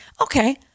okay